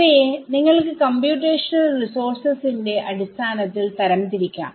ഇവയെ നിങ്ങൾക്ക് കംപ്യൂറ്റേഷണൽ റിസോർസസിന്റെഅടിസ്ഥാനത്തിൽ തരം തിരിക്കണം